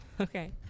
Okay